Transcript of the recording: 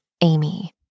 Amy